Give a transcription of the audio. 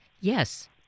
Yes